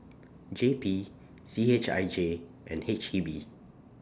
J P C H I J and H E B